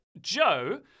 Joe